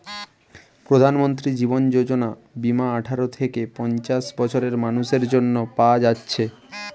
প্রধানমন্ত্রী জীবন যোজনা বীমা আঠারো থিকে পঞ্চাশ বছরের মানুসের জন্যে পায়া যাচ্ছে